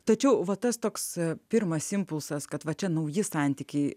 tačiau va tas toks pirmas impulsas kad va čia nauji santykiai